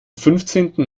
fünfzehnten